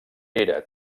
era